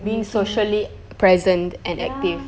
being socially present and active